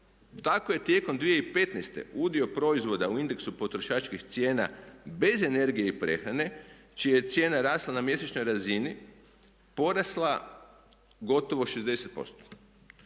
Tako je tijekom 2015. udio proizvoda u indeksu potrošačkih cijena bez energije i prehrane čija je cijena rasla na mjesečnoj razini porasla gotovo 60%.